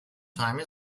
time